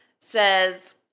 Says